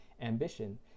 ambition